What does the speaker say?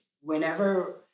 Whenever